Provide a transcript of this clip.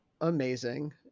amazing